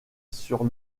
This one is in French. sur